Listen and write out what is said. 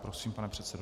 Prosím, pane předsedo.